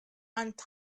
and